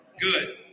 Good